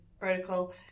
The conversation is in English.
protocol